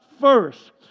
first